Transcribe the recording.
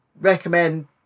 recommend